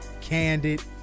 candid